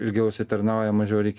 ilgiau jisai tarnauja mažiau reikia